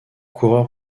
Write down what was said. coureur